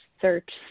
search